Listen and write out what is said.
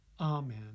Amen